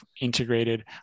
integrated